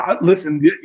Listen